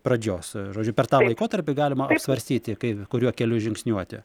pradžios žodžiu per tą laikotarpį galima apsvarstyti kai kuriuo keliu žingsniuoti